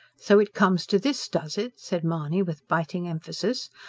so it comes to this, does it? said mahony with biting emphasis.